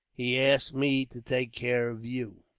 he asked me to take care of you.